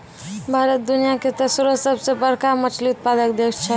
भारत दुनिया के तेसरो सभ से बड़का मछली उत्पादक देश छै